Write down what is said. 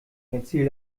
erzähl